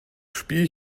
spiel